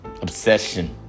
Obsession